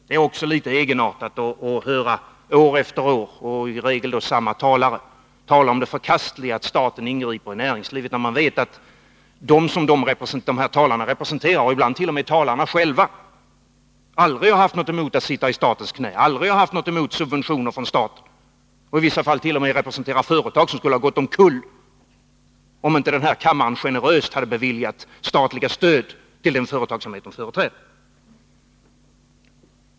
Det är också litet egenartat att år efter år och i regel från samma talare höra talas om det förkastliga i att staten ingriper i näringslivet, när man vet att de som dessa talare representerar —- ibland t.o.m. talarna själva — aldrig har haft något emot att sitta i statens knä, aldrig har haft något emot subventioner från staten. I vissa fall representerar de företag som skulle ha gått omkull, om inte den här kammaren generöst hade beviljat statligt stöd till den företagsamhet de företräder.